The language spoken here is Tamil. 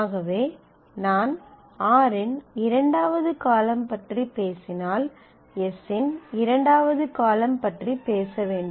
ஆகவே நான் r இன் இரண்டாவது காலம் பற்றி பேசினால் s இன் இரண்டாவது காலம் பற்றி பேச வேண்டும்